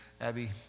Abby